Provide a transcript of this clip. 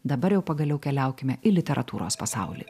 dabar jau pagaliau keliaukime į literatūros pasaulį